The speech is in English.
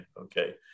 okay